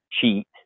cheat